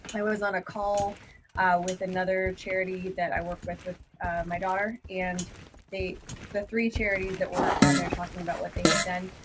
i was on a call with another charity that i work with with my daughter and the three charities that were on there talking about what they had done,